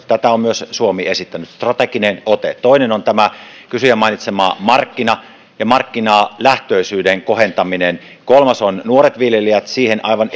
tätä on myös suomi esittänyt strateginen ote toinen on kysyjän mainitsema markkina ja markkinalähtöisyyden kohentaminen kolmas on nuoret viljelijät siihen aivan